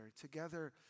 together